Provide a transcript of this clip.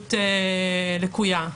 מציאות לקויה.